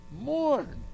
Mourn